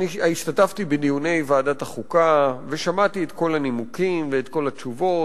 השתתפתי בדיוני ועדת החוקה ושמעתי את כל הנימוקים ואת כל התשובות,